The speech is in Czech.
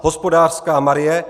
Hospodářská Marie